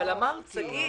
אבל אמרתי.